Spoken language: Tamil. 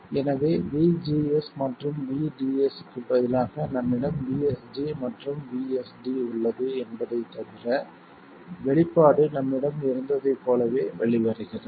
எனவே vGS மற்றும் vDS க்கு பதிலாக நம்மிடம் vSG மற்றும் vSD உள்ளது என்பதைத் தவிர வெளிப்பாடு நம்மிடம் இருந்ததைப் போலவே வெளிவருகிறது